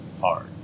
hard